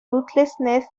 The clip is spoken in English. ruthlessness